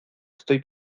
estoy